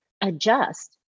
adjust